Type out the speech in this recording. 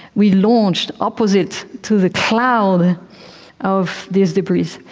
we launched opposite to the cloud of these debris.